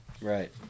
Right